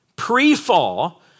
pre-fall